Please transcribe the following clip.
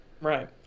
Right